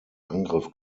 angriff